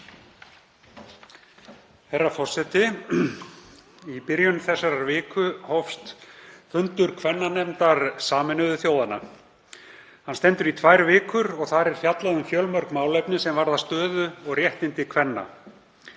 Herra forseti. Í byrjun þessarar viku hófst fundur kvennanefndar Sameinuðu þjóðanna. Hann stendur í tvær vikur og þar er fjallað um fjölmörg málefni sem varða stöðu og réttindi kvenna.